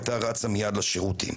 הייתה רצה מייד לשירותים.